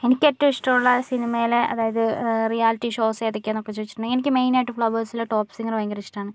എനിക്ക് ഏറ്റവും ഇഷ്ടമുള്ള സിനിമയിലെ അതായത് റിയാലിറ്റി ഷോസ് എതൊക്കെയാ എന്നൊക്കെ ചോദിച്ചിട്ടുണ്ടെങ്കിൽ എനിക്ക് മെയ്നായിട്ടും ഫ്ളവേഷ്സിലെ ടോപ്പ് സിംഗർ ഭയങ്കര ഇഷ്ടമാണ്